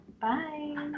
Bye